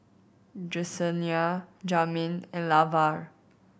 Jesenia Jamin and Lavar